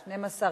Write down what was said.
12,